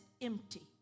empty